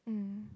mm